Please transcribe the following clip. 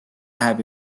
läheb